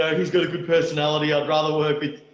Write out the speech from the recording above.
um he's got a good personality. i'd rather work with,